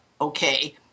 okay